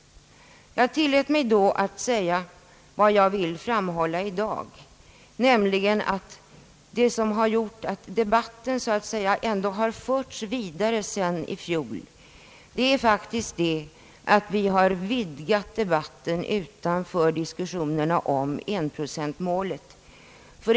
Jag tillät mig vid detta möte att säga samma sak som jag vill framhålla i dag, nämligen att det som har gjort att debatten ändå har förts vidare sedan i fjol faktiskt är att vi har vidgat den utanför diskussionerna om enprocentmålet.